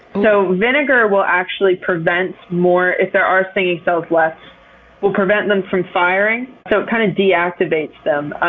so vinegar will actually prevent more, if there are stinging cells left will prevent them from firing. so, it kind of deactivates them,